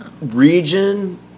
region